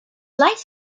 life